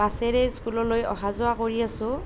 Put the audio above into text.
বাছেৰে স্কুললৈ অহা যোৱা কৰি আছোঁ